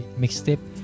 mixtape